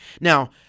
Now